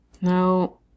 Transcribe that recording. No